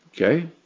Okay